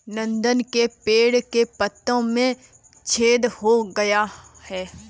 नंदन के पेड़ के पत्तों में छेद हो गया है